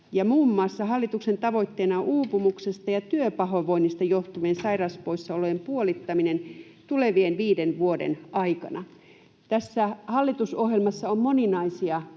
muun muassa: "Hallituksen tavoitteena on uupumuksesta ja työpahoinvoinnista johtuvien sairauspoissaolojen puolittaminen tulevien viiden vuoden aikana." Tässä hallitusohjelmassa on moninaisia